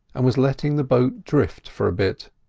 and was letting the boat drift for a bit.